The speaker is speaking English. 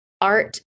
art